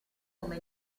come